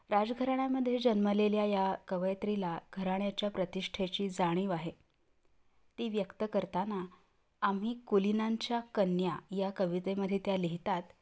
राजघराण्यामध्ये जन्मलेल्या या कवयित्रीला घराण्याच्या प्रतिष्ठेची जाणीव आहे ती व्यक्त करताना आम्ही कुलीनांच्या कन्या या कवितेमध्ये त्या लिहितात